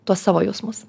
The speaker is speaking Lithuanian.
tuos savo jausmus